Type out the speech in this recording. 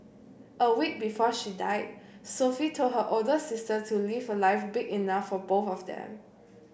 a week before she died Sophie told her older sister to live a life big enough for both of them